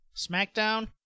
SmackDown